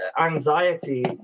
anxiety